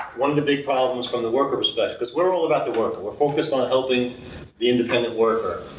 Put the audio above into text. one of the big problems from the worker perspective, because we are all about the worker, we're focused on helping the independent worker,